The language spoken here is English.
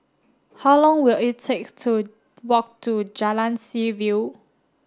how long will it take to walk to Jalan Seaview